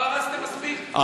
לא הרסתם מספיק?